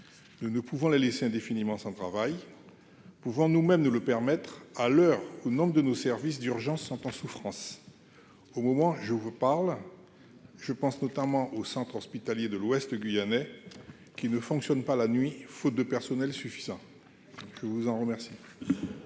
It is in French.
nous ne pouvons la laisser indéfiniment sans travail pouvoir nous même nous le permettre, à l'heure où nombre de nos services d'urgence sont en souffrance, au moment où je vous parle, je pense notamment au centre hospitalier de l'ouest guyanais qui ne fonctionne pas la nuit, faute de personnel suffisant, je vous en remercie.